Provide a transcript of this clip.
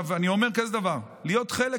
אני אומר כזה דבר: להיות חלק